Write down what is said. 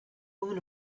woman